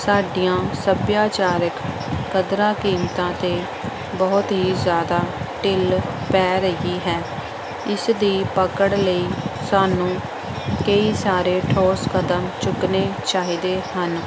ਸਾਡੀਆਂ ਸੱਭਿਆਚਾਰਕ ਕਦਰਾਂ ਕੀਮਤਾਂ 'ਤੇ ਬਹੁਤ ਹੀ ਜ਼ਿਆਦਾ ਢਿੱਲ ਪੈ ਰਹੀ ਹੈ ਇਸ ਦੀ ਪਕੜ ਲਈ ਸਾਨੂੰ ਕਈ ਸਾਰੇ ਠੋਸ ਕਦਮ ਚੁੱਕਣੇ ਚਾਹੀਦੇ ਹਨ